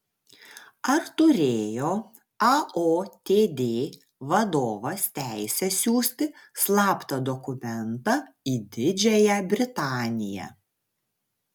ar turėjo aotd vadovas teisę siųsti slaptą dokumentą į didžiąją britaniją